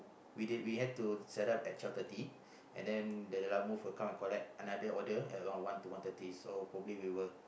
we did we had to set up at twelve thirty and then the lalamove will come and collect another order at around one to one thirty so probably we will